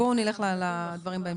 בואו נתקדם לדברים בהמשך.